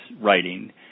writing